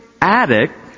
addict